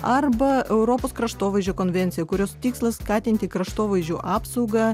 arba europos kraštovaizdžio konvencija kurios tikslas skatinti kraštovaizdžio apsaugą